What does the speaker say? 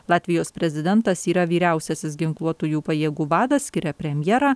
latvijos prezidentas yra vyriausiasis ginkluotųjų pajėgų vadas skiria premjerą